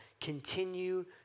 continue